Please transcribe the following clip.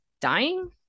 dying